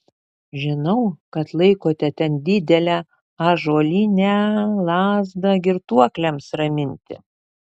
žinau kad laikote ten didelę ąžuolinę lazdą girtuokliams raminti